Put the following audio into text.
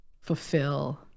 fulfill